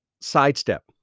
sidestep